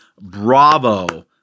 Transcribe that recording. Bravo